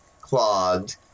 clogged